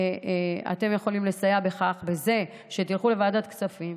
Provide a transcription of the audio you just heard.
אתם יכולים לסייע בכך שתלכו לוועדת הכספים